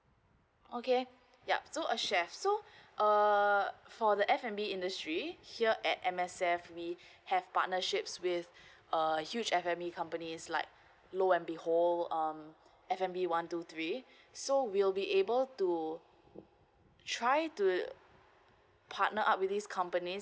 okay yup so a chef so uh for the F and B industry here at M_S_F we have partnerships with uh huge F and B companies like lo and behold um F and B one two three so we'll be able to try to partner up with these companies